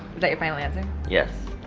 that your final answer? yes.